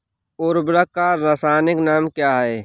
उर्वरक का रासायनिक नाम क्या है?